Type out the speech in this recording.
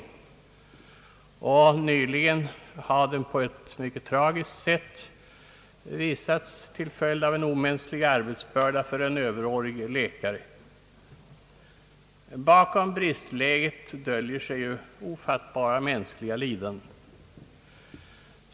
Nyligen har den på ett mycket tragiskt sätt blivit följden av en omänsklig arbetsbörda för en överårig läkare. Bakom bristläget döljer sig ofattbara mänskliga lidanden.